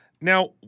Now